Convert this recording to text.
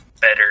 better